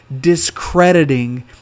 discrediting